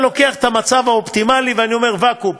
אני לוקח את המצב האופטימלי ואני אומר: ואקום,